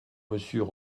monsieur